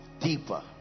deeper